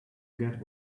get